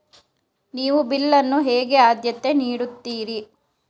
ನೀವು ಬಿಲ್ ಅನ್ನು ಹೇಗೆ ಆದ್ಯತೆ ನೀಡುತ್ತೀರಿ?